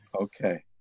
Okay